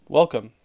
Welcome